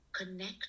connect